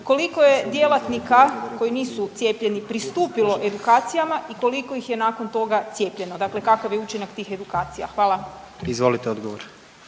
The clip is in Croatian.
Koliko je djelatnika koji nisu cijepljeni pristupilo edukacijama i koliko ih je nakon toga cijepljeno, dakle kakav je učinak tih edukacija? Hvala. **Jandroković,